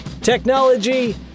technology